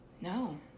no